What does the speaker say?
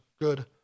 good